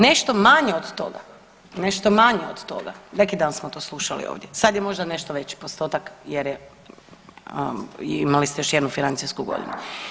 Nešto manje od toga, nešto manje od toga, neki dan smo to slušali ovdje, sad je možda nešto veći postotak jer je, imali ste još jednu financijsku godinu.